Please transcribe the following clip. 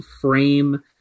frame